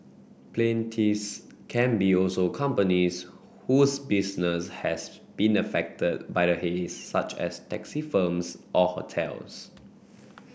plaintiffs can be also companies whose business has been affected by the haze such as taxi firms or hotels